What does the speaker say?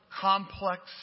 complex